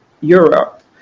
Europe